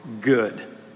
good